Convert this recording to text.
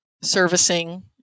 servicing